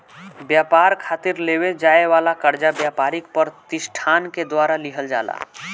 ब्यपार खातिर लेवे जाए वाला कर्जा ब्यपारिक पर तिसठान के द्वारा लिहल जाला